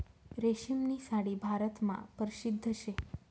रेशीमनी साडी भारतमा परशिद्ध शे